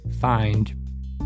find